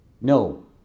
No